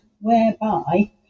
whereby